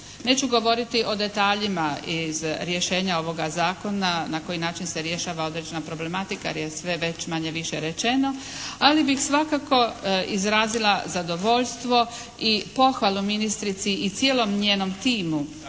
Neću govoriti o detaljima iz rješenja ovoga zakona na koji način se rješava određena problematika jer je sve već manje-više rečeno, ali bih svakako izrazila zadovoljstvo i pohvalu ministrici i cijelom njenom timu